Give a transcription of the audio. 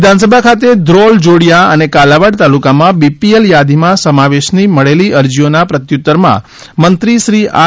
વિધાનસભા ખાતે ધ્રોલ જોડિયા અને કાલાવડ તાલુકામાં બીપીએલ યાદીમાં સમાવેશની મળેલી અરજીઓના પ્રત્યુત્તરમાં મંત્રી શ્રી આર